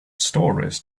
stories